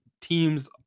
team's